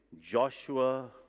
Joshua